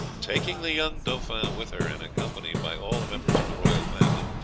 taking the young dauphin with her, and accompanied by all the members of the royal family,